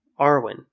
Arwin